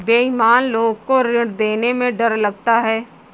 बेईमान लोग को ऋण देने में डर लगता है